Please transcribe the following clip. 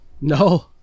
no